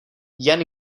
jen